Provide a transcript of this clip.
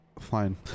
fine